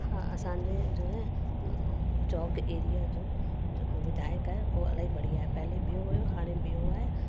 हा असांजे जो आहे चौक एरिया जो विधायक आहे उहो बढ़िया आहे पहले ॿियो हुयो हाणे ॿियो आहे